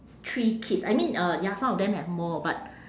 three kids I mean uh ya some of them have more but